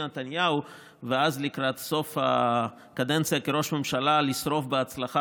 נתניהו ואז לקראת סוף הקדנציה כראש ממשלה לשרוף בהצלחה